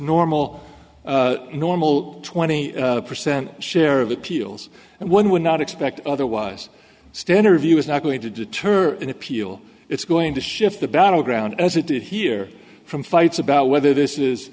normal normal twenty percent share of appeals and one would not expect otherwise stener view is not going to deter an appeal it's going to shift the battleground as it did here from fights about whether this is